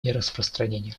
нераспространения